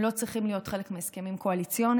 הם לא צריכים להיות חלק מהסכמים קואליציוניים.